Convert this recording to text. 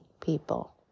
people